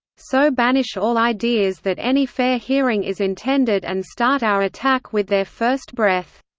so banish all ideas that any fair hearing is intended and start our attack with their first breath.